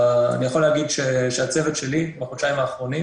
אני יכול להגיד שהצוות שלי, בחודשיים האחרונים